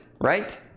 right